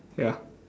ya